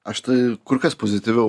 aš tai kur kas pozityviau